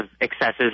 excesses